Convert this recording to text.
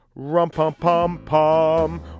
Rum-pum-pum-pum